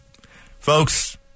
Folks